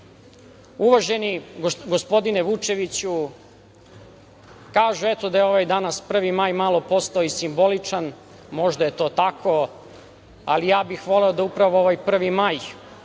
borio. Uvaženi gospodine Vučeviću, kažu da je ovaj danas 1. maj malo postao i simboličan. Možda je to tako, ali ja bih voleo da upravo ovaj 1. maj